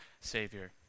Savior